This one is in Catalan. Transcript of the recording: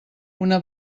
una